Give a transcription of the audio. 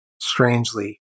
strangely